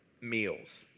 meals